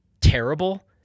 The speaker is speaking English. terrible